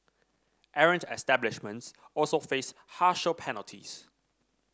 errant establishments also faced harsher penalties